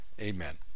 amen